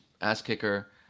ass-kicker